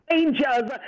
angels